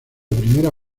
primera